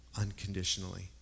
unconditionally